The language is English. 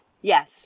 yes